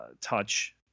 touch